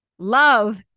Love